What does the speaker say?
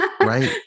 Right